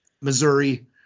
Missouri